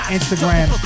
Instagram